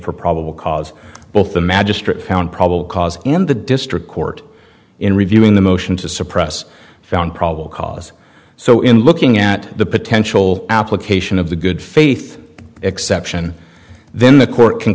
for probable cause both the magistrate found probable cause and the district court in reviewing the motion to suppress found probable cause so in looking at the potential application of the good faith exception then the court can